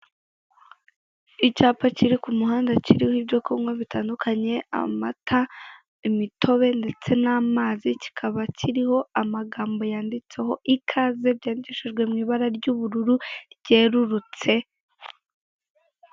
Icyapa kiri ku muhanda kiriho ibyo kunywa bitandukanye amata, imitobe ndetse n'amazi, kikaba kiriho amagambo yanditseho ikaze byandikishijwe mu ibara ry'ubururu ryerurutse.